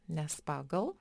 nes pagal